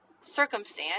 circumstance